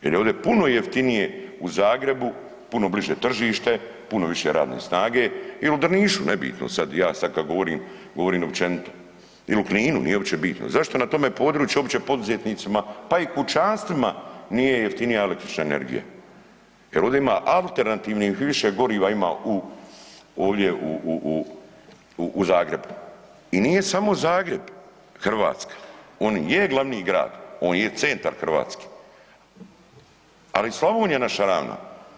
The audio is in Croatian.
Jer je ovdje puno jeftinije u Zagrebu, puno bliže tržište, puno više radne snage, ili u Drnišu, nebitno sad, ja sad kad govorim, govorim općenito ili u Kninu, nije uopće bitno, zašto na tome području uopće poduzetnicima, pa i kućanstvima nije jeftinija električna energija jer ovdje ima alternativnih više goriva ima u ovdje u Zagrebu i nije samo Zagreb Hrvatska, on je glavni grad, on je centar Hrvatske, ali Slavonija naša ravna.